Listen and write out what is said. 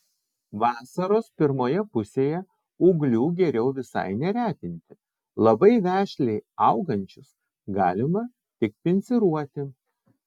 vasaros pirmoje pusėje ūglių geriau visai neretinti labai vešliai augančius galima tik pinciruoti